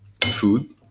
food